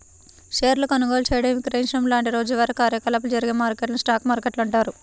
షేర్ల కొనుగోలు చేయడం, విక్రయించడం లాంటి రోజువారీ కార్యకలాపాలు జరిగే మార్కెట్లను స్టాక్ మార్కెట్లు అంటారు